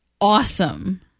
awesome